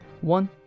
one